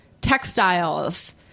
textiles